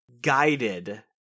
guided